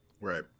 right